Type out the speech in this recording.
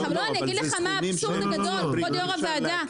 עכשיו אני אגיד לך מה האבסורד הגדול כבוד יור הוועדה,